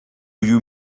you